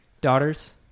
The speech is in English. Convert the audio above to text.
Daughters